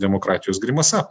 demokratijos grimasa